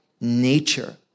nature